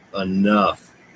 enough